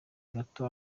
gato